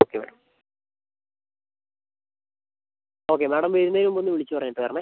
okay madam okay madam വരുന്നതിന് മുന്നേ ഒന്ന് വിളിച്ച് പറഞ്ഞിട്ട് വരണേ